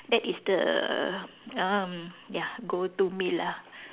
that is the um ya go to meal lah